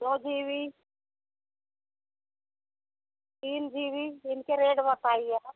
दो जी वी तीन जी वी इनके रेट बताइएगा